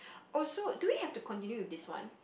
also do we have to continue with this one